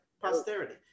posterity